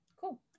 Cool